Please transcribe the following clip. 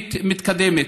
התוכנית מתקדמת.